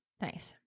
Nice